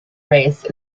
race